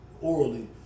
orally